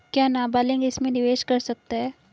क्या नाबालिग इसमें निवेश कर सकता है?